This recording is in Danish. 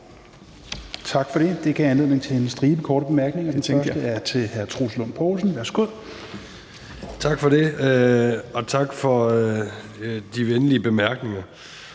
Tak for det. Det gav anledning til en stribe korte bemærkninger. Den første er til hr. Troels Lund Poulsen. Værsgo. Kl. 16:35 Troels Lund Poulsen (V): Tak for det, og tak for de venlige bemærkninger.